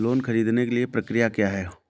Loan ख़रीदने के लिए प्रक्रिया क्या है?